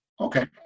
Okay